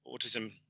autism